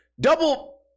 double